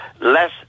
less